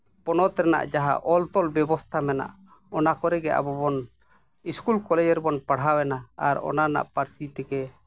ᱯᱚᱱᱚᱛ ᱨᱮᱱᱟᱜ ᱡᱟᱦᱟᱸ ᱚᱞ ᱛᱚᱞ ᱵᱮᱵᱚᱥᱛᱷᱟ ᱢᱮᱱᱟᱜᱼᱟ ᱚᱱᱟ ᱠᱚᱨᱮᱫ ᱟᱵᱚ ᱵᱚᱱ ᱤᱥᱠᱩᱞ ᱠᱚᱨᱮᱫ ᱨᱮᱵᱚᱱ ᱯᱟᱲᱦᱟᱣᱱᱟ ᱟᱨ ᱚᱱᱟ ᱨᱮᱱᱟᱜ ᱯᱟᱹᱨᱥᱤ ᱛᱮᱜᱮ